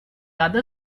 other